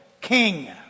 king